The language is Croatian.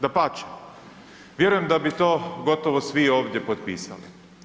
Dapače, vjerujem da bi to gotovo svi ovdje potpisali.